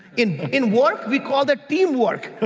in in work, we call that teamwork.